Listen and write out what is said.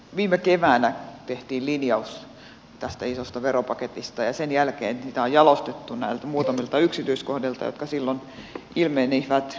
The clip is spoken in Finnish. viime keväänä tehtiin linjaus tästä isosta veropaketista ja sen jälkeen sitä on jalostettu näiltä muutamilta yksityiskohdilta jotka silloin ilmenivät ongelmallisiksi